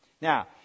Now